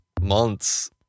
months